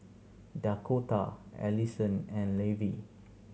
Dakotah Alyson and Levie